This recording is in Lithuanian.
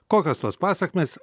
kokios tos pasekmės